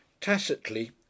Tacitly